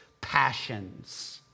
passions